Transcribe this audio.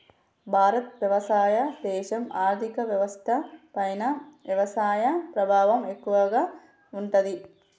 భారత్ వ్యవసాయ దేశం, ఆర్థిక వ్యవస్థ పైన వ్యవసాయ ప్రభావం ఎక్కువగా ఉంటది